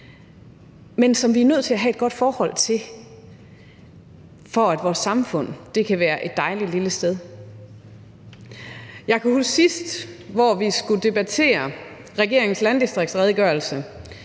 men som vi er nødt til at have et godt forhold til, for at vores samfund kan være et dejligt lille sted. Jeg kan huske, sidst vi skulle debattere regeringens landdistriktsredegørelse.